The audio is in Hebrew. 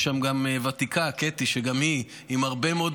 יש שם גם ותיקה, קטי, שגם היא עם הרבה מאוד,